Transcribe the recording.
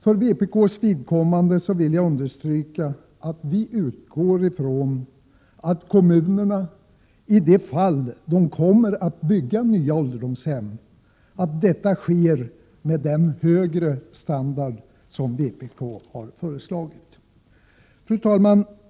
För vpk:s vidkommande vill jag understryka att vi utgår från att kommunerna, i de fall de kommer att bygga nya ålderdomshem, ser till att detta sker med den högre standard som vpk har föreslagit. Fru talman!